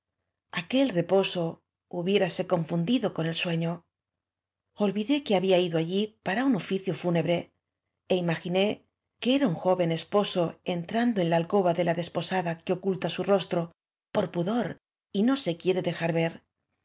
aquel reposo hubiérase confundido con el sueño olvidé que había ido allí para un oñcio iúaebre é imaginé que era un joven esposo entrando en la alcoba de la desposada que oculta su rostro por pudor y no so quiere dejar ver